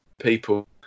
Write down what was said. people